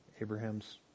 Abraham's